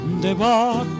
debajo